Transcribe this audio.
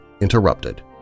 interrupted